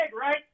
right